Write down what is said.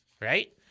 right